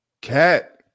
Cat